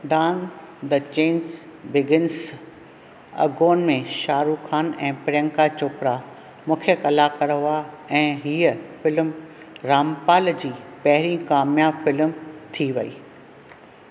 don the चिन्स begins again में शाहरुख खान ऐं प्रियंका चोपरा मुख्य कलाकार हुआ ऐं हीअं फिल्म रामपाल जी पहिरीं काम्याबु फिल्म थी वई